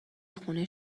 خونه